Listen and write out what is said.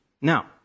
Now